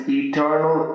eternal